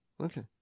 Okay